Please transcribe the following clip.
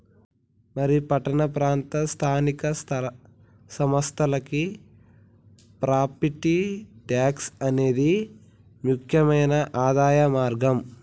మరి పట్టణ ప్రాంత స్థానిక సంస్థలకి ప్రాపట్టి ట్యాక్స్ అనేది ముక్యమైన ఆదాయ మార్గం